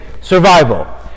survival